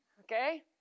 Okay